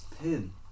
pin